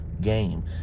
game